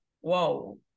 whoa